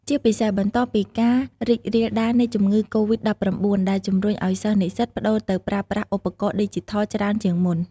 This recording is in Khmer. ជាពិសេស បន្ទាប់ពីការរីករាលដាលនៃជំងឺកូរីដ ១៩ ដែលជម្រុញឱ្យសិស្សនិស្សិតប្តូរទៅប្រើប្រាស់ឧបករណ៍ឌីជីថលច្រើនជាងមុន។